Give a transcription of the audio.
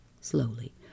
slowly